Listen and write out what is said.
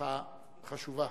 בברכה חשובה.